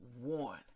one